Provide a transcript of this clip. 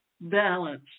balance